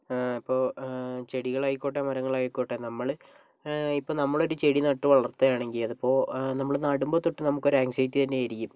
ഇപ്പോൾ ചെടികളായിക്കോട്ടെ മരങ്ങളായിക്കോട്ടെ നമ്മൾ ഇപ്പോൾ നമ്മൾ ഒരു ചെടി നട്ടുവളർത്തുകയാണെങ്കിൽ അതിപ്പോൾ നമ്മൾ നടുമ്പോൾ തൊട്ട് നമുക്ക് ഒരു ആൻക്സൈറ്റി തന്നെയായിരിക്കും